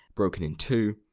broken in two,